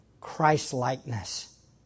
Christ-likeness